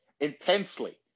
Intensely